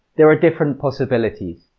there are different possibilities.